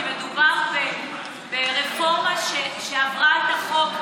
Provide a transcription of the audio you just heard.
כי מדובר ברפורמה שעברה את החוק,